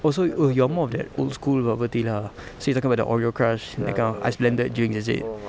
oh so oh you're more of that old school bubble tea lah so you're talking about the oreo crush that kind of ice blended drinks is it